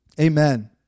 Amen